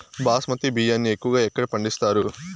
బాస్మతి బియ్యాన్ని ఎక్కువగా ఎక్కడ పండిస్తారు?